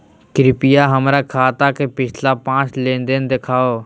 कृपया हमर खाता के पिछला पांच लेनदेन देखाहो